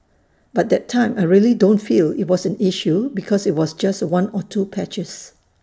but that time I really don't feel IT was an issue because IT was just one or two patches